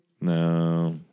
No